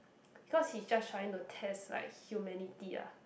because he's just trying to test like humanity ah